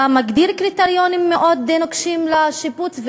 אתה מגדיר קריטריונים מאוד נוקשים לשיפוץ,